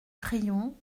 crayon